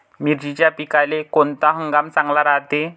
मिर्चीच्या पिकाले कोनता हंगाम चांगला रायते?